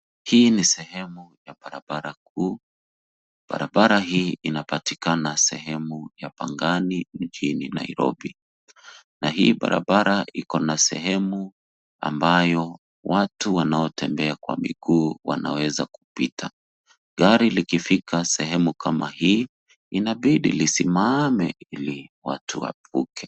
Hii ni sehemu ya barabara kuu. Barabara hii inapatikana sehemu ya Pangani mjini Nairobi. Na hii barabara ikona sehemu ambayo watu wanaotembea kwa miguu wanaweza kupita. Gari likifika sehemu kama hii inabidi lismame ili watu wavuke.